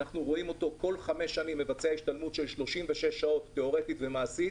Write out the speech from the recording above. כל חמש שנים הוא מבצע השתלמות תיאורטית ומעשית